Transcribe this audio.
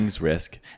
Risk